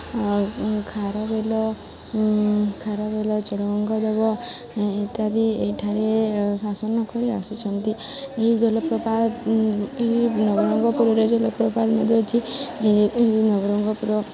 ଆଉ ଖାରବେଳ ଖାରବେଳ ଚୋଡ଼ଗଙ୍ଗଦେବ ଇତ୍ୟାଦି ଏଠାରେ ଶାସନ କରିଆସୁଛନ୍ତି ଏହି ଜଳପ୍ରପାତ ଏହି ନଗରଙ୍ଗପୁରରେ ଜଳପ୍ରପାତ ମଧ୍ୟ ଅଛି ଏହି ନବରଙ୍ଗପୁର